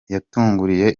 yatugiriye